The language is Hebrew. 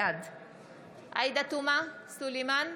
בעד עאידה תומא סלימאן,